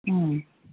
उम